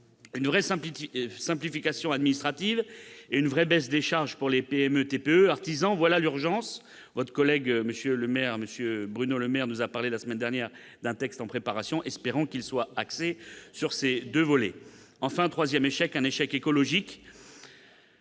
Une vraie simplification administrative et une vraie baisse des charges pour les PME, les TPE et les artisans, voilà l'urgence ! Votre collègue M. Bruno Le Maire nous a parlé la semaine dernière d'un texte en préparation ; espérons qu'il soit axé sur ces deux volets ! Échec écologique,